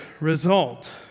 result